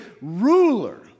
ruler